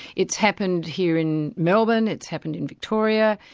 it's happened here in melbourne, it's happened in victoria,